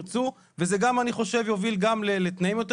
וזה גם אני חושב יוביל גם לתנאים יותר